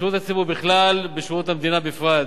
בכלל ובשירות המדינה בפרט.